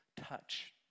touch